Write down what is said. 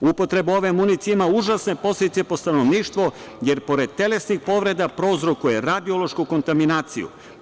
Upotreba ove municije ima užasne posledice po stanovništvo, jer pored telesnih povreda prouzrokuje radiološku kontaminaciju.